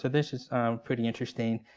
this is pretty interesting.